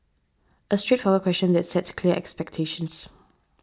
a straightforward question that sets clear expectations